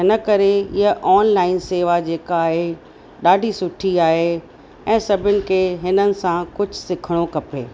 इन करे इहा ऑनलाइन सेवा जेका आहे ॾाढी सुठी आए ऐं सभिनि खे हिननि सां कुझु सिखणो खपे